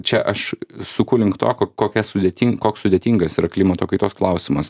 čia aš suku link to ko kokia sudėting koks sudėtingas yra klimato kaitos klausimas